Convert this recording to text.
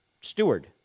steward